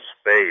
space